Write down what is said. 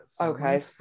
okay